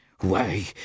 Why